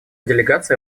делегация